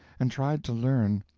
and tried to learn,